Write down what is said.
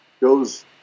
goes